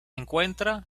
encuentra